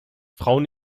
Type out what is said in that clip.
frauen